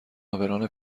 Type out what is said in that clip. عابران